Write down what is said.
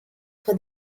for